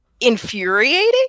infuriating